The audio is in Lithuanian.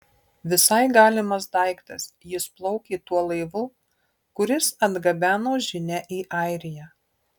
visai galimas daiktas jis plaukė tuo laivu kuris atgabeno žinią į airiją